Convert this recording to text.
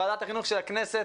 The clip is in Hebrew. ועדת החינוך של הכנסת